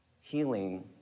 healing